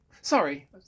sorry